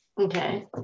Okay